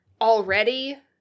already